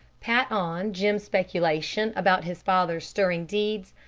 pat on jim's speculations about his father's stirring deeds,